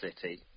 City